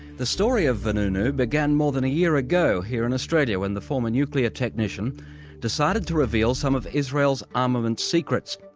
the story of vanunu began more than year ago here in australia when the former nuclear technician decided to reveal some of israel's armaments secrets.